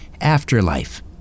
Afterlife